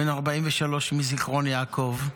בן 43, מזיכרון יעקב,